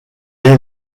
est